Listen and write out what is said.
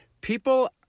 People